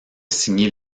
signer